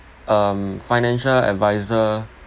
um financial advisor